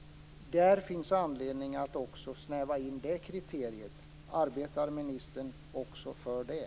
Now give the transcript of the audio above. Det finns anledning att också snäva in det kriteriet. Arbetar ministern också för det?